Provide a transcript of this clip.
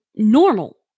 normal